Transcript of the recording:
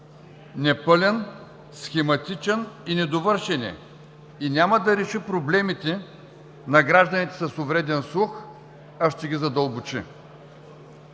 е пълен, схематичен и недовършен е и няма да реши проблемите на гражданите с увреден слух, а ще ги задълбочи.